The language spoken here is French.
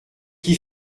qui